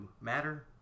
matter